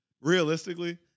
realistically